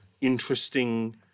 interesting